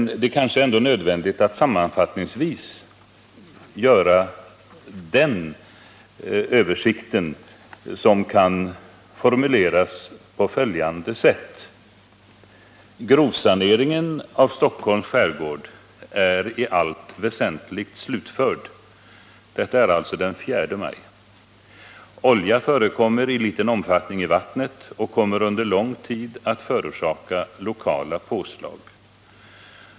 Men det kanske ändå är nödvändigt att sammanfattningsvis göra en översikt. ”Grovsaneringen av Stockholms skärgård är i allt väsentligt slutförd”, säger man i rapporten den 4 maj. ”Olja förekommer i liten omfattning i vattnet och kommer under lång tid att förorsaka lokala påslag.